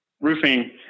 roofing